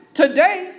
today